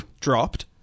dropped